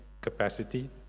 capacity